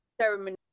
ceremony